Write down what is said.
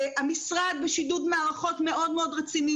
המשרד בשידוד מערכות מאוד מאוד רציני.